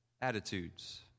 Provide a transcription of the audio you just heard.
attitudes